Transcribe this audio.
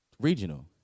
regional